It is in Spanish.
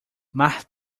más